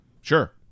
Sure